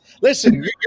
Listen